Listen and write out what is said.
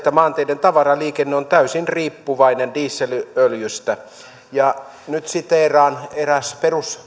että maanteiden tavaraliikenne on täysin riippuvainen dieselöljystä nyt siteeraan erästä